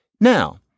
Now